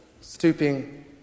stooping